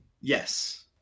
yes